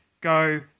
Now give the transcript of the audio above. go